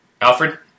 Alfred